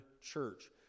church